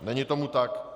Není tomu tak.